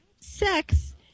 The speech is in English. sex